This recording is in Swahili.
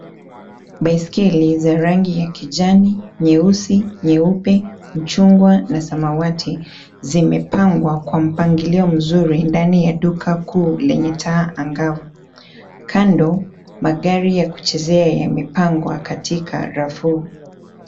Baiskeli za rangi ya kijani ,nyeusi ,nyeupe ,machungwa na samawati zimepangwa kwa mpangilio mzuri ndani ya duka kuu lenye taa angavu, kando magari ya kuchezea yamepangwa katika rafu.